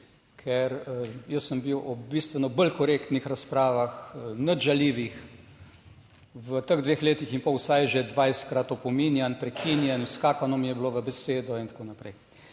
ker jaz sem bil ob bistveno bolj korektnih razpravah nič žaljivih v teh dveh letih in pol, vsaj že 20-krat opominjan, prekinjen, skakano mi je bilo v besedo in tako naprej.